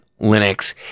Linux